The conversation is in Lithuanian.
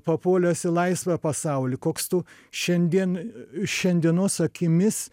papuolęs į laisvą pasaulį koks tu šiandien šiandienos akimis